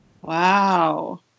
Wow